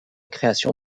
création